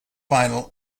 final